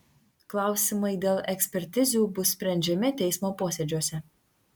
klausimai dėl ekspertizių bus sprendžiami teismo posėdžiuose